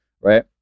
Right